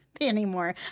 anymore